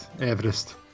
Everest